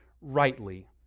rightly